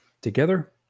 Together